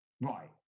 right